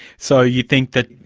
so you think that,